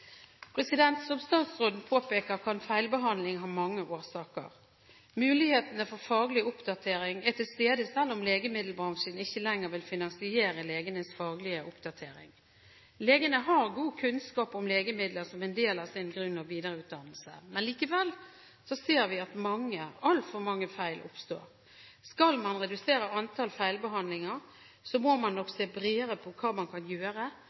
Som statsråden påpeker, kan feilbehandling ha mange årsaker. Mulighetene for faglig oppdatering er til stede selv om legemiddelbransjen ikke lenger vil finansiere legenes faglige oppdatering. Legene har god kunnskap om legemidler som en del av sin grunn- og videreutdannelse. Likevel ser vi at altfor mange feil oppstår. Skal man redusere antall feilbehandlinger, må man nok se bredere på hva man kan gjøre